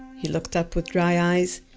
he looked up with dry eyes,